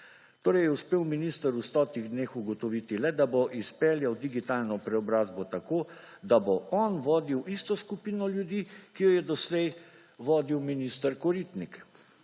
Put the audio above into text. Torej, je uspel minister v stotih dneh ugotoviti le, da bo izpeljal digitalno preobrazbo tako, da bo on vodil isto skupino ljudi, ki jo je doslej vodil minister Koritnik.